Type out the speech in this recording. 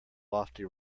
lofty